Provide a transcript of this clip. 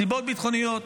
סיבות ביטחוניות.